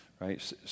right